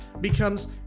becomes